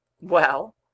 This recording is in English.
Well